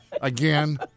again